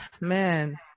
man